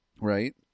Right